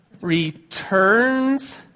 returns